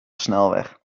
snelweg